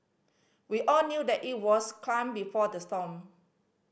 we all knew that it was calm before the storm